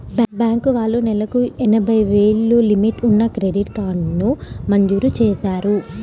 bank వాళ్ళు నెలకు ఎనభై వేలు లిమిట్ ఉన్న క్రెడిట్ కార్డుని మంజూరు చేశారు